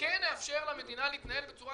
כן לאפשר למדינה להתנהל בצורה